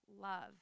Love